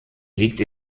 liegt